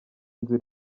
nzu